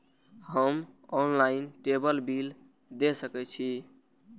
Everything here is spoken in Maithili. हम ऑनलाईनटेबल बील दे सके छी?